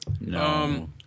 No